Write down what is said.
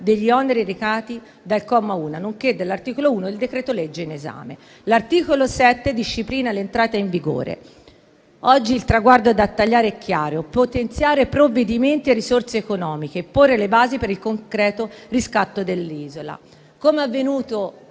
Grazie a tutti